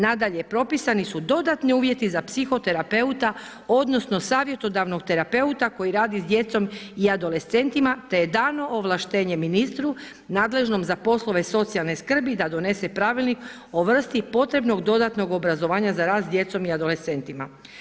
Nadalje, propisani su dodatni uvjeti za psihoterapeuta odnosno savjetodavnog terapeuta koji radi s djecom i adolescentima, te je dano ovlaštenje ministru nadležnom za poslove socijalne skrbi da donese Pravilnik o vrsti potrebnog dodatnog obrazovanja za rad s djecom i adolescentima.